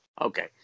Okay